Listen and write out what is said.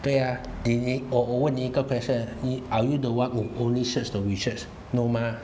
对啊你你我我问你一个 question 你 are you the one who only search the research no mah